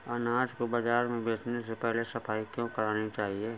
अनाज को बाजार में बेचने से पहले सफाई क्यो करानी चाहिए?